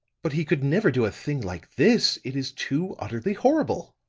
but he could never do a thing like this it is too utterly horrible.